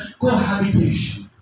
cohabitation